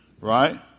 Right